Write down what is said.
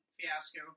fiasco